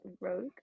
rogue